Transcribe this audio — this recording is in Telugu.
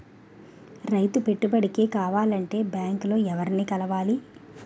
రైతు పెట్టుబడికి కావాలంటే బ్యాంక్ లో ఎవరిని కలవాలి?